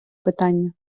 питання